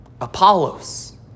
Apollos